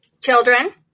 Children